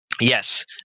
Yes